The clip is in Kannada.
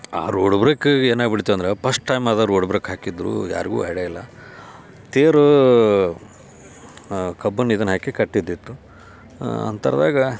ಆ ರೋಡ್ ಬ್ರೇಕ್ ಏನಾಗ್ಬಿಡ್ತಂದ್ರೆ ಪಸ್ಟ್ ಟೈಮ್ ಅದು ರೋಡ್ ಬ್ರೇಕ್ ಹಾಕಿದ್ದರು ಯಾರಿಗೂ ಐಡ್ಯ ಇಲ್ಲ ತೇರು ಕಬ್ಬನ್ನು ಇದನ್ನು ಹಾಕಿ ಕಟ್ಟಿದ್ದಿತ್ತು ಅಂತರ್ದಾಗ